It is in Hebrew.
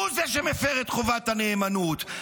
הוא זה שמפר את חובת הנאמנות.